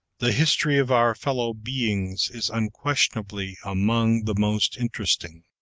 the history of our fellow-beings is unquestionably among the most interesting.